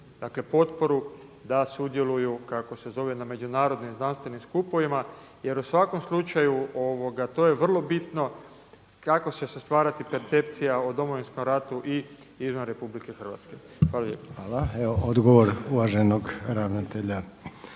potporu da sudjeluju na međunarodnim znanstvenim skupovima jer u svakom slučaju to je vrlo bitno kako će se stvarati percepcija o Domovinskom ratu i izvan RH. Hvala lijepo. **Reiner, Željko (HDZ)** Hvala. Odgovor uvaženog ravnatelja.